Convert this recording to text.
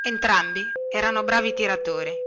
entrambi erano bravi tiratori